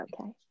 okay